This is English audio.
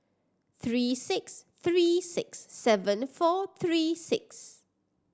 three six three six seven four three six